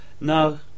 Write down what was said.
No